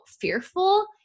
fearful